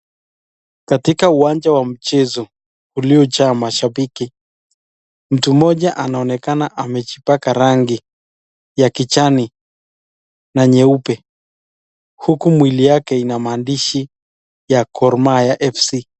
Katika uwanja wa michezo, uliojaa mashabiki, mtu mmoja anaonekana amejioaka rangi ya kijani na nyeupe, huku mwili yake ina maandishi ya gor mahia fc.